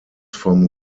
vom